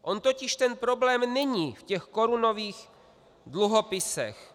On totiž ten problém není v těch korunových dluhopisech.